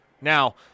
Now